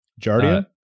Jardia